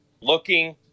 Looking